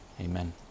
Amen